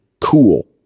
Cool